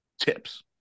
tips